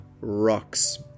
rocks